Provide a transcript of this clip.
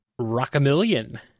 Rockamillion